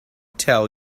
tell